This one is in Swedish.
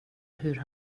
hur